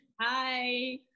Hi